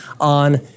on